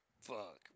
Fuck